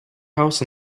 house